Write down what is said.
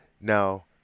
Now